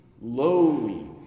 Lowly